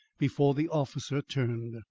before the officer turned.